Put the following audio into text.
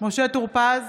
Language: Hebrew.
משה טור פז,